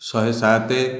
ଶହେ ସାତ